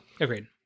agreed